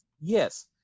Yes